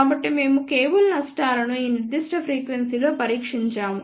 కాబట్టి మేము కేబుల్ నష్టాలను ఈ నిర్దిష్ట ఫ్రీక్వెన్సీ లో పరీక్షించాము